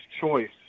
choice